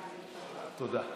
תודה.